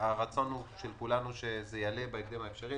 שהרצון של כולנו הוא שזה יעלה בהקדם האפשרי.